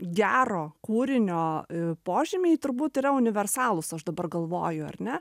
gero kūrinio požymiai turbūt yra universalūs aš dabar galvoju ar ne